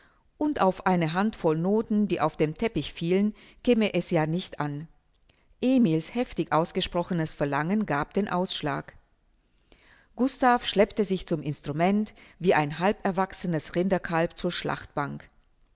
und auf eine handvoll noten die auf den teppich fielen käme es ja nicht an emil's heftig ausgesprochenes verlangen gab den ausschlag gustav schleppte sich zum instrument wie ein halberwachsenes rinderkalb zur schlachtbank